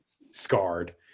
scarred